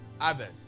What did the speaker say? others